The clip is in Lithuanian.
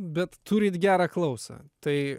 bet turit gerą klausą tai